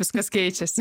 viskas keičiasi